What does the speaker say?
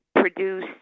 produce